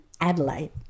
Adelaide